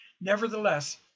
Nevertheless